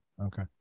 okay